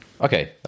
Okay